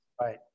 Right